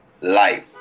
life